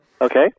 Okay